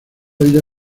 ella